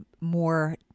more